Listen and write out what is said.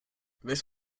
this